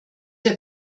der